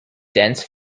dense